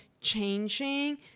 changing